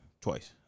twice